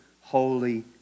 holy